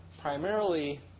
primarily